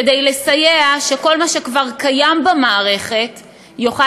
כדי לסייע שכל מה שכבר קיים במערכת יוכל